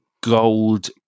gold